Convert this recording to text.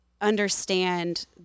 understand